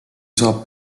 saab